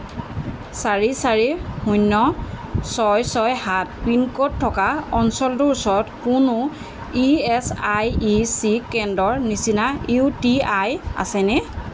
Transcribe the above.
চাৰি চাৰি শূন্য ছয় ছয় সাত পিনক'ড থকা অঞ্চলটোৰ ওচৰত কোনো ই এছ আই চি কেন্দ্ৰৰ নিচিনা ইউ টি আই আছেনে